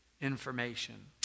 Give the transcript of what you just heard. information